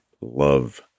love